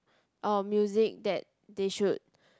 orh music that they should